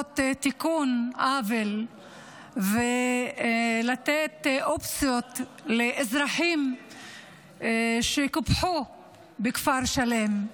תיקון עוול ולתת אופציות לאזרחים שקופחו בכפר שלם,